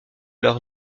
leur